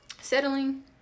settling